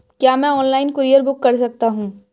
क्या मैं online courier book कर सकता हूँ?